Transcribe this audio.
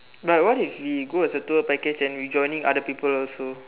no what if we go as a tour package and we join in other people also